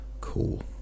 Cool